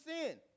sin